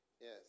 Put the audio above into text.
Yes